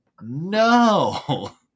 no